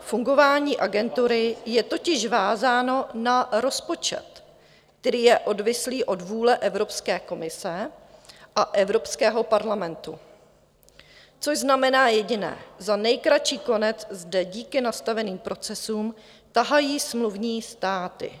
Fungování Agentury je totiž vázáno na rozpočet, který je odvislý od vůle Evropské komise a Evropského parlamentu, což znamená jediné za nejkratší konec zde díky nastaveným procesům tahají smluvní státy.